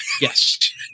Yes